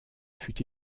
fut